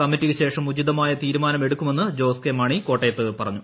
കമ്മിറ്റിക്കുശേഷം ഉചിതമായ തീരുമാനമെടുക്കുമെന്ന് ജോസ് കെ മാണി കോട്ടയത്ത് പറഞ്ഞു